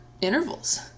intervals